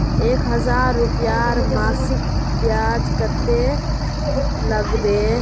एक हजार रूपयार मासिक ब्याज कतेक लागबे?